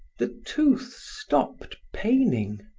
the tooth stopped paining.